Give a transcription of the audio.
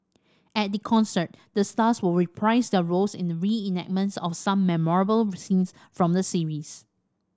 at the concert the stars will reprise their roles in reenactments of some memorable scenes from the series